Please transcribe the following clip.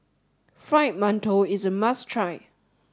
Fried Mantou is a must try